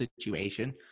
situation